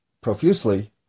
profusely